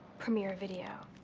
premiere a video.